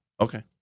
Okay